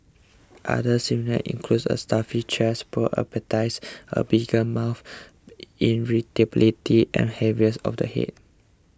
other symptoms includes a stuffy chest poor appetites a bitter mouth irritability and heaviness of the head